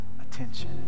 attention